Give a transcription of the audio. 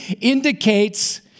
indicates